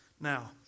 Now